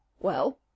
Well